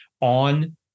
on